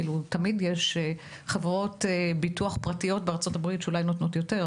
תמיד יש בארצות הברית חברות ביטוח פרטיות שאולי נותנות יותר,